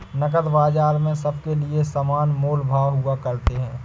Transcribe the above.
नकद बाजार में सबके लिये समान मोल भाव हुआ करते हैं